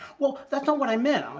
well, that's not what i meant. i'm